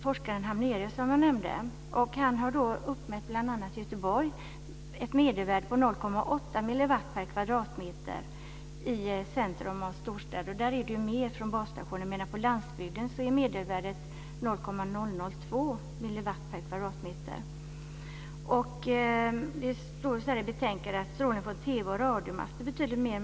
Forskaren Hamnerius, som jag nämnde, har i Göteborgs centrum uppmätt ett medelvärde på 0,8 milliwatt per kvadratmeter vid basstationer. I centrum av storstäder är ju strålningen från basstationer mycket högre. På landsbygden är medelvärdet 0,002 milliwatt per kvadratmeter. Det står i betänkandet att det är betydligt mer strålning från TV och radiomaster.